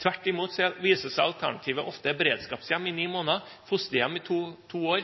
Tvert imot viser det seg at alternativet ofte er beredskapshjem i ni måneder, fosterhjem i to år,